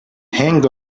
hang